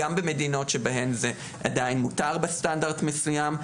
גם במדינות בהן זה עדיין מותר בסטנדרט מסוים.